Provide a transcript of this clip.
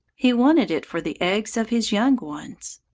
he wanted it for the eggs of his young ones.